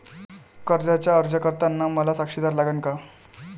कर्जाचा अर्ज करताना मले साक्षीदार लागन का?